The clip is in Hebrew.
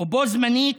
ובו זמנית,